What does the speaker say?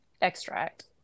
extract